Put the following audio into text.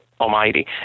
Almighty